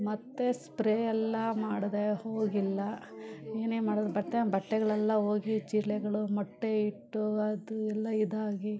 ಮತ್ತು ಸ್ಪ್ರೇ ಎಲ್ಲ ಮಾಡಿದೆ ಹೋಗಿಲ್ಲ ಏನೇ ಮಾಡಿದ್ರು ಬತ್ತೆ ಬಟ್ಟೆಗಳೆಲ್ಲ ಹೋಗಿ ಜಿರಳೆಗಳು ಮೊಟ್ಟೆ ಇಟ್ಟು ಅದು ಎಲ್ಲ ಇದಾಗಿ